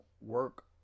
work